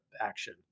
action